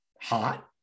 hot